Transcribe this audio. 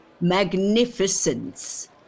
Magnificence